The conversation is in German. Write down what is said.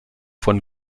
von